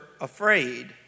afraid